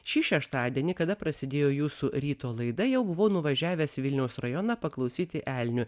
šį šeštadienį kada prasidėjo jūsų ryto laida jau buvau nuvažiavęs į vilniaus rajoną paklausyti elnių